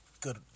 good